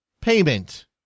payment